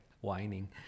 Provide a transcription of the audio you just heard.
whining